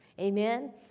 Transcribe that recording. Amen